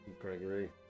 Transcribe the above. Gregory